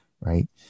right